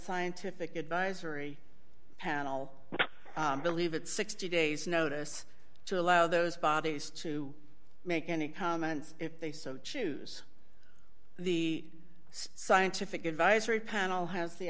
scientific advisory panel believe it sixty days notice to allow those bodies to make any comments if they so choose the scientific advisory panel has the